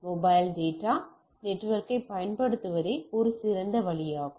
mobile data நெட்வொர்க்கைப் பயன்படுத்துவதே ஒரு சிறந்த வழியாகும்